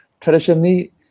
Traditionally